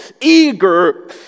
eager